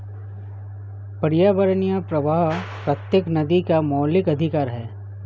पर्यावरणीय प्रवाह प्रत्येक नदी का मौलिक अधिकार है